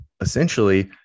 essentially